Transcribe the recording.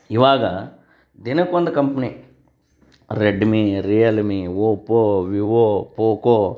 ಇವಾಗ ದಿನಕ್ಕೊಂದು company Redmi Realme Oppo Vivo Poco